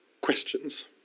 questions